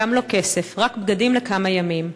גם לא כסף, רק בגדים לכמה ימים.